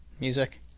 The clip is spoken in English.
music